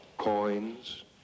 Coins